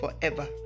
forever